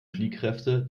fliehkräfte